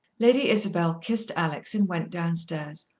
lady isabel kissed alex, and went downstairs,